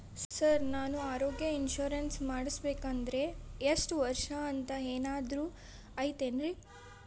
Sir ನಾನು ಆರೋಗ್ಯ insurance ಮಾಡಿಸ್ಬೇಕಂದ್ರೆ ಇಷ್ಟ ವರ್ಷ ಅಂಥ ಏನಾದ್ರು ಐತೇನ್ರೇ?